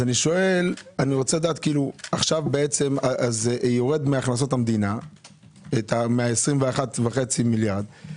עכשיו בעצם יורדים מהכנסות המדינה ה-21.5 מיליארד,